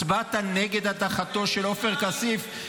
הצבעת נגד הדחתו של עופר כסיף.